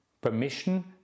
permission